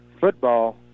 football